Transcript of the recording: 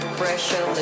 pressure